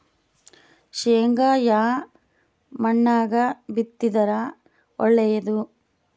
ಶೇಂಗಾ ಯಾ ಮಣ್ಣಾಗ ಬಿತ್ತಿದರ ಒಳ್ಳೇದು?